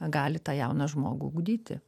gali tą jauną žmogų ugdyti